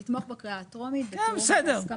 לתמוך בקריאה טרומית בתיאום והסכמת